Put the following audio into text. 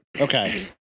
okay